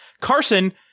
Carson